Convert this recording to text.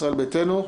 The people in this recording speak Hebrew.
ישראל ביתנו,